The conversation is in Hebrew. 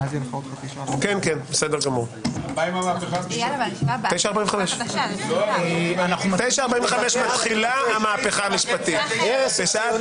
ננעלה בשעה 09:25.